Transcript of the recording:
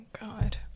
God